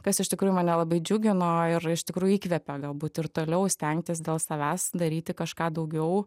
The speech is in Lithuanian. kas iš tikrųjų mane labai džiugino ir iš tikrųjų įkvėpė galbūt ir toliau stengtis dėl savęs daryti kažką daugiau